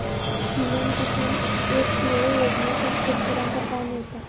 PM Kisan FPO योजनाच्यात शेतकऱ्यांका काय मिळता?